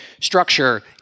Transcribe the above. structure